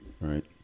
right